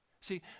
See